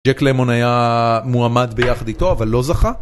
ג'ק למון היה מועמד ביחד איתו, אבל לא זכה.